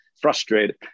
frustrated